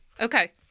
okay